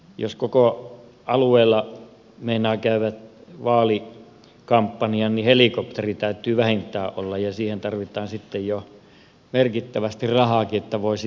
jos koko alueella meinaa käydä vaalikampanjan niin helikopteri täytyy vähintään olla ja siihen tarvitaan sitten jo merkittävästi rahaakin että voi sillä ajella